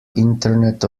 internet